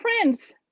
friends